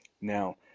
Now